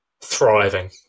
thriving